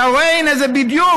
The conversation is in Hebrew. אתה רואה, הינה, זה בדיוק,